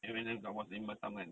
and when I was in batam kan